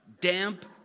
damp